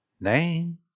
Name